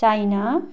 China